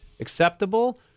acceptable